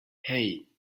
hey